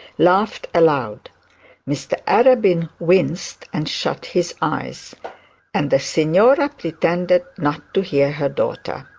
laughed aloud mr arabin winced and shut his eyes and the signora pretended not to hear her daughter.